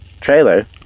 trailer